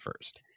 first